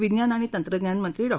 विज्ञान आणि तंत्रज्ञान मंत्री डॉ